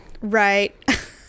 Right